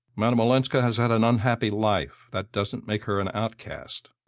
madame olenska has had an unhappy life that doesn't make her an outcast.